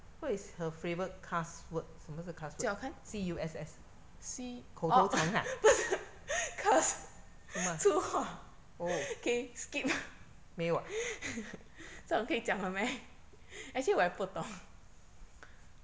what is her favourite cuss word 什么是 cuss word C U S S 口头禅啊什么哦没有啊<:kou dou chan a shen me o mei you a